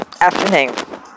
afternoon